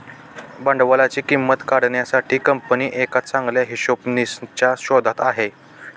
भांडवलाची किंमत काढण्यासाठी कंपनी एका चांगल्या हिशोबनीसच्या शोधात आहे